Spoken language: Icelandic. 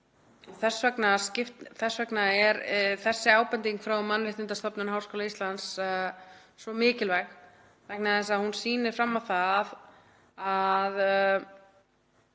Þess vegna er þessi ábending frá Mannréttindastofnun Háskóla Íslands svo mikilvæg. Hún sýnir fram á að það